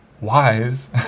wise